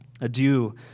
Adieu